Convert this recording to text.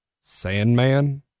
Sandman